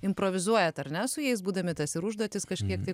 improvizuojat ar ne su jais būdami tas ir užduotis kažkiek tai